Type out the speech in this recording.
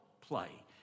play